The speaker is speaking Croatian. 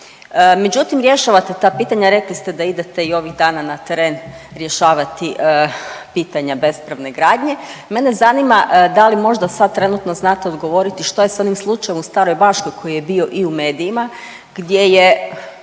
međutim rješavate ta pitanja, rekli ste da idete i ovih dana na teren rješavati pitanja bespravne gradnje, mene zanima da li možda sad trenutno znate odgovoriti što je s onim slučajem u Staroj Baškoj koji je bio i u medijima gdje je